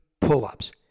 pull-ups